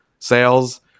sales